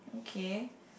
okay